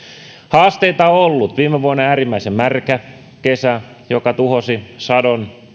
haasteita on ollut viime vuonna oli äärimmäisen märkä kesä joka tuhosi sadon